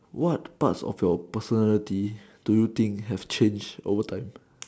what parts of your personality do you think has changed over time